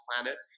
planet